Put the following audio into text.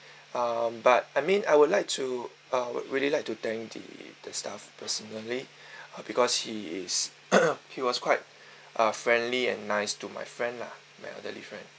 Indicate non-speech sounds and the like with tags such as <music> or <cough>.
um but I mean I would like to uh would really like to thank the the staff personally uh because he is <coughs> he was quite uh friendly and nice to my friend lah my elderly friend